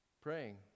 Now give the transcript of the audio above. Praying